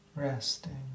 Resting